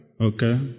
okay